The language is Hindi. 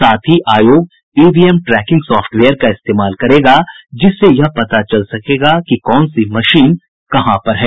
साथ ही आयोग ईवीएम ट्रैकिंग सॉफ्टवेयर का इस्तेमाल करेगा जिससे यह पता चल सकेगा कि कौन सी मशीन कहां पर है